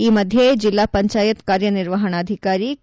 ಈ ಮಧ್ಯೆ ಜಿಲ್ಲಾ ಪಂಚಾಯತ್ ಕಾರ್ಯನಿರ್ವಣಾಧಿಕಾರಿ ಕೆ